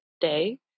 day